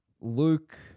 Luke